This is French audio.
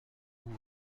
vous